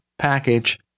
package